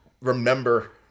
remember